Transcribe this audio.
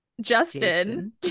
Justin